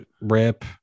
rip